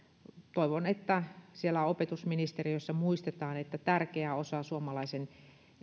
toivon että siellä opetusministeriössä muistetaan että tärkeä osa suomalaisen